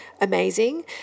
amazing